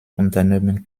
unternehmen